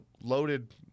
loaded